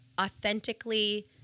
authentically